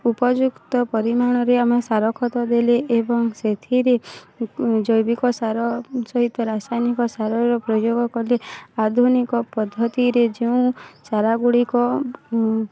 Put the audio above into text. ଉପଯୁକ୍ତ ପରିମାଣରେ ଆମେ ସାର ଖତ ଦେଲେ ଏବଂ ସେଥିରେ ଜୈବିକ ସାର ସହିତ ରାସାୟନିକ ସାରର ପ୍ରୟୋଗ କଲେ ଆଧୁନିକ ପଦ୍ଧତିରେ ଯେଉଁ ଚାରାଗୁଡ଼ିକ